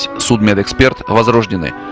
so expert vozrozhdeny.